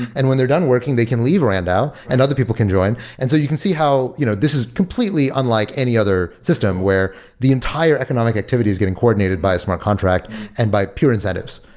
and when they're done working, they can leave randao and other people con join. and so you can see how you know this is completely unlike any other system where the entire economic activity is getting coordinated by a smart contract and by pure incentives.